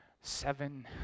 seven